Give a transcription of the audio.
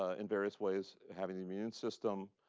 ah in various ways, having the immune system.